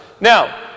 now